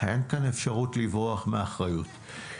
אין כאן אפשרות לברוח מהאחריות.